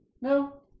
No